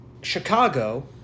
Chicago